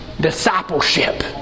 Discipleship